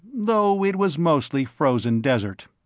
though it was mostly frozen desert.